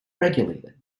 regulated